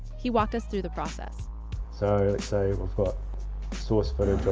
he walked us through the process. so let's say we've got source footage of